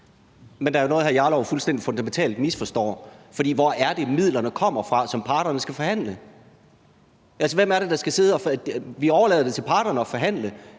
som hr. Rasmus Jarlov fuldstændig fundamentalt misforstår, for hvor er det, midlerne, som parterne skal forhandle, kommer fra? Vi overlader det til parterne at forhandle,